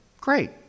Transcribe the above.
great